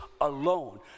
alone